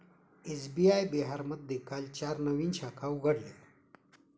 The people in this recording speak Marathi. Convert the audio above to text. एस.बी.आय बिहारमध्ये काल चार नवीन शाखा उघडल्या